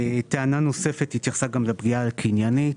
טענה נוספת התייחסה גם לפגיעה הקניינית,